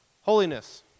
Holiness